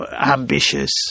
ambitious